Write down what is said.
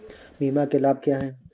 बीमा के लाभ क्या हैं?